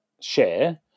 share